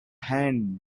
hand